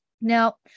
Now